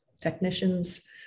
technicians